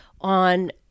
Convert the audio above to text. on